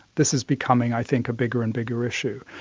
this is becoming i think a bigger and bigger issue.